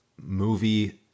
movie